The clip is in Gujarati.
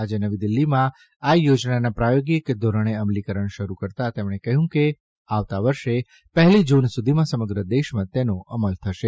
આજે નવી દીલ્ફીમાં આ યોજનાના પ્રાયોગિક ધોરણે અમલીકરણ શરૂ કરતાં તેમણે કહ્યું કે આવતા વર્ષે પહેલી જૂન સુધીમાં સમગ્ર દેશમાં તેના અમલ થશે